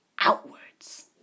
outwards